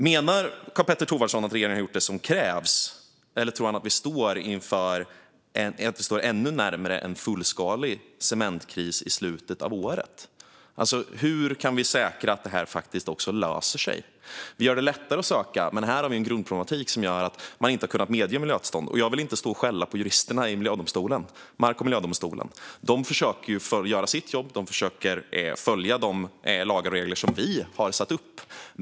Menar Karl-Petter Thorwaldsson att regeringen har gjort det som krävs, eller tror han att vi står ännu närmare en fullskalig cementkris i slutet av året? Hur kan vi säkra att det här faktiskt löser sig? Vi gör det lättare att söka, men här har vi en grundproblematik som gör att man inte har kunnat medge miljötillstånd. Jag vill inte stå här och skälla på juristerna i Mark och miljööverdomstolen. De försöker att göra sitt jobb och följa de lagar och regler som vi har satt upp.